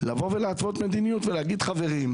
להתוות מדיניות ולהגיד חברים,